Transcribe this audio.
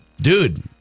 Dude